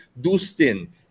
Dustin